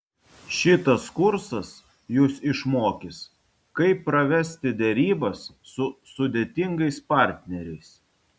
šitas kursas jus išmokys kaip pravesti derybas su sudėtingais partneriais